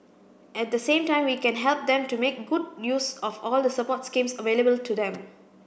at the same time we can help them to make good use of all the support schemes available to them